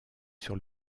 sur